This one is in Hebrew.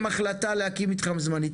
יש לכם החלטה להקים מתחם זמני,